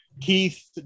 keith